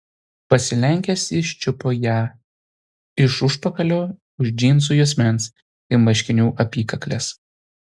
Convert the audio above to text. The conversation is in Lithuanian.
pasilenkęs jis čiupo ją iš užpakalio už džinsų juosmens ir marškinių apykaklės